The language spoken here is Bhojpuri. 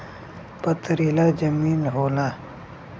पथरीला जमीन होला